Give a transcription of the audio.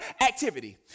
activity